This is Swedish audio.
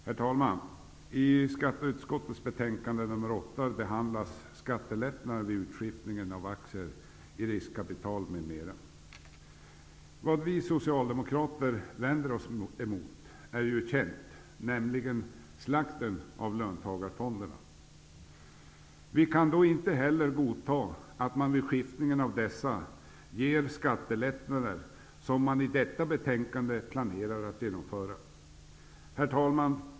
Herr talman! I skatteutskottets betänkande nr 8 behandlas skattelättnader vid utskiftningen av aktier i riskkapitalbolag, m.m. Vad vi socialdemokrater vänder oss emot är ju känt, nämligen slakten av löntagarfonderna. Vi kan inte heller godta att man vid skiftningen av dessa ger skattelättnader som man i detta betänkande planerar att genomföra. Herr talman!